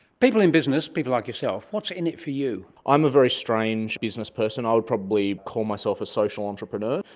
people in business, people like yourself, what's in it for you? i'm a very strange businessperson. i would probably call myself a social entrepreneur.